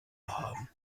haben